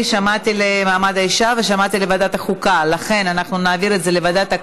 שתקבע ועדת הכנסת נתקבלה.